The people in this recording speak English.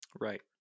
Right